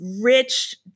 rich